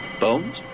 Bones